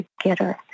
together